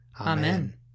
Amen